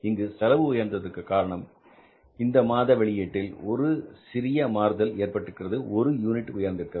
இங்கு செலவு உயர்ந்ததற்கு காரணம் இந்த மாத வெளியீட்டில் ஒரு சிறிய மாறுதல் ஏற்பட்டிருக்கிறது ஒரு யூனிட் உயர்ந்திருக்கிறது